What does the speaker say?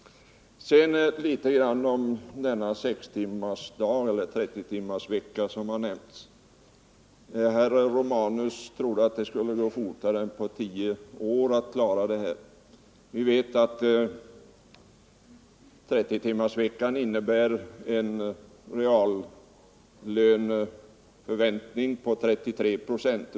Så till sextimmarsdagen eller 30-timmarsveckan som här har nämnts. Herr Romanus tror att den skulle gå att åstadkomma på mindre än tio år. 30-timmarsveckan skulle innebära en reallönehöjning på ungefär 33 procent.